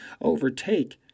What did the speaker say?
overtake